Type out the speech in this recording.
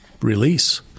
release